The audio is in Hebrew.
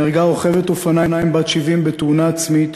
נהרגה רוכבת אופניים בת 70 בתאונה עצמית,